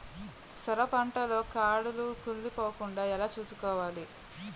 సొర పంట లో కాడలు కుళ్ళి పోకుండా ఎలా చూసుకోవాలి?